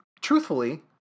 truthfully